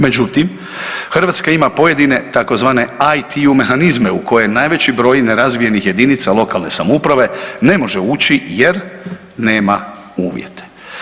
Međutim, Hrvatska ima pojedine tzv. ITU mehanizme u kojem najveći broj nerazvijenih jedinica lokalne samouprave ne može ući jer nema uvjete.